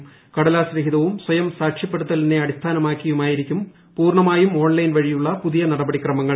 ക്ലൂട്ടലാസ് രഹിതവും സ്വയം സാക്ഷ്യപ്പെടുത്തലിനെ അടിസ്ഥാനമാക്കിയുമായിരിക്കും പൂർണ്ണമായും ഓൺലൈൻ വഴിയുള്ള പുതിയ നടപടിക്രമങ്ങൾ